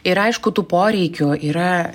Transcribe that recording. ir aišku tų poreikių yra